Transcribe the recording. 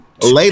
Later